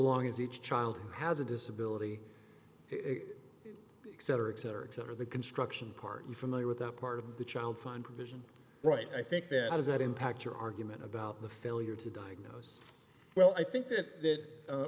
long as each child has a disability except her accent or it's under the construction part you familiar with that part of the child fine provision right i think that is that impact your argument about the failure to diagnose well i think that